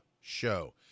show